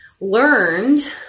learned